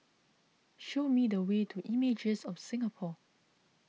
show me the way to Images of Singapore